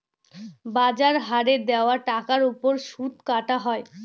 বাজার হারে দেওয়া টাকার ওপর সুদ কাটা হয়